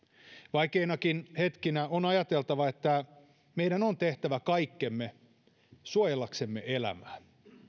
vaikeinakin hetkinä on ajateltava että meidän on tehtävä kaikkemme suojellaksemme elämää